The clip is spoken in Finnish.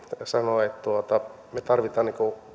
sanoo että me tarvitsemme